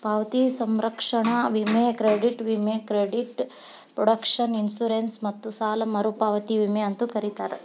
ಪಾವತಿ ಸಂರಕ್ಷಣಾ ವಿಮೆ ಕ್ರೆಡಿಟ್ ವಿಮೆ ಕ್ರೆಡಿಟ್ ಪ್ರೊಟೆಕ್ಷನ್ ಇನ್ಶೂರೆನ್ಸ್ ಮತ್ತ ಸಾಲ ಮರುಪಾವತಿ ವಿಮೆ ಅಂತೂ ಕರೇತಾರ